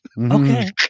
Okay